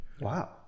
Wow